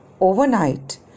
overnight